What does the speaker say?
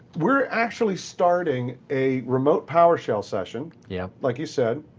we're actually starting a remote powershell session. yeah. like you said.